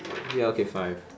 ya okay five